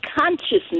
consciousness